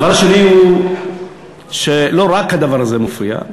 הדבר השני הוא שלא רק הדבר הזה מפריע,